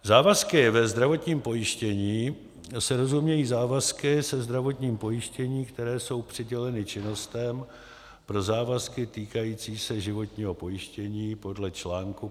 Závazky ve zdravotním pojištění se rozumějí závazky se zdravotním pojištěním, které jsou přiděleny činnostem pro závazky týkající se životního pojištění podle článku 55 odst.